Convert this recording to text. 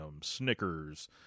Snickers